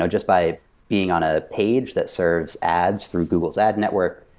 just by being on a page that servers ads through google's ad network,